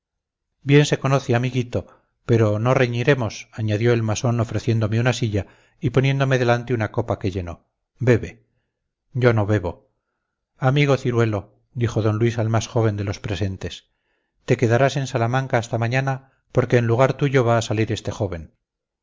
bien se conoce amiguito pero no reñiremos añadió el masón ofreciéndome una silla y poniéndome delante una copa que llenó bebe yo no bebo amigo ciruelo dijo d luis al más joven de los presentes te quedarás en salamanca hasta mañana porque en lugar tuyo va a salir este joven